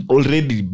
Already